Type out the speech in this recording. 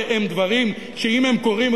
אלה הם דברים שאם הם קורים,